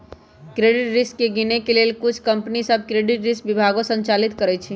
credit risk के गिनए के लेल कुछ कंपनि सऽ क्रेडिट रिस्क विभागो संचालित करइ छै